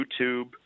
YouTube